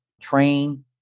train